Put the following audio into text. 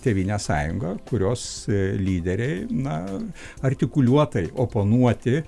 tėvynės sąjunga kurios lyderiai na artikuliuotai oponuoti